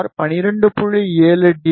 7 D